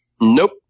Nope